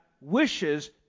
wishes